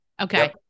Okay